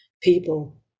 people